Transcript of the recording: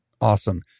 Awesome